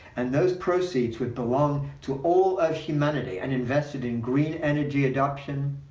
and those proceeds would belong to all of humanity, and invested in green energy adoption,